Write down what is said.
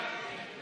הצעת סיעת יש